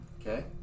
Okay